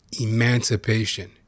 Emancipation